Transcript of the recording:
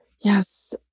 Yes